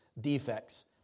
defects